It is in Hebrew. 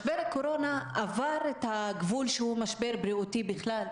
משבר הקורונה עבר את הגבול שהוא משבר בריאותי בכלל.